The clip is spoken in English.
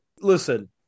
listen